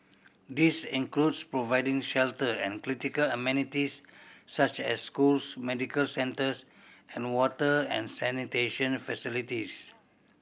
this includes providing shelter and critical amenities such as schools medical centres and water and sanitation facilities